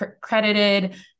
credited